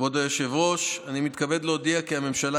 כבוד היושב-ראש, אני מתכבד להודיע כי הממשלה